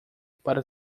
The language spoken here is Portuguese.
para